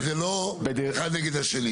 זה לא אחד נגד השני.